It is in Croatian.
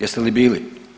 Jeste li bili?